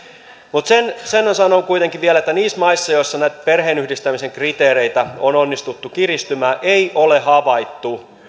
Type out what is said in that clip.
mutta sen sen sanon kuitenkin vielä että niissä maissa joissa näitä perheenyhdistämisen kriteereitä on onnistuttu kiristämään ei ole havaittu